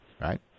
right